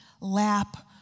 lap